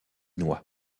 noix